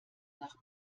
nach